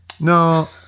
No